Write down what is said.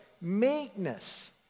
meekness